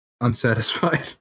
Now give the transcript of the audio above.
unsatisfied